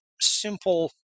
simple